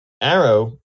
Arrow